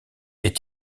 est